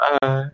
bye